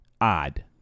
odd